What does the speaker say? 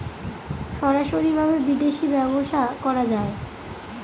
সরাসরি ভাবে বিদেশী ব্যবসা করা যায়